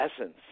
essence